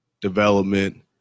development